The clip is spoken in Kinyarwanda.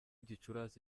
gicurasi